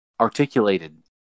articulated